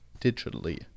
digitally